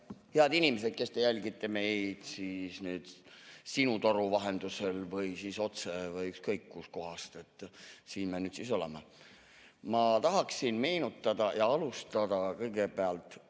Head inimesed, kes te jälgite meid nüüd SinuToru vahendusel või otse või ükskõik kust kohast! Siin me nüüd siis oleme. Ma tahaksin meenutada ja alustada kõigepealt